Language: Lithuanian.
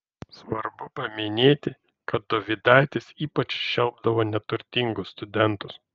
svarbu paminėti kad dovydaitis ypač šelpdavo neturtingus studentus